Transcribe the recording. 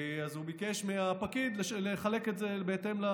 הוא ביקש מהפקיד לחלק את זה לשופטים בהתאם.